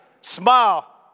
smile